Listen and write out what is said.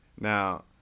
Now